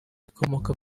ikomoka